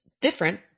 different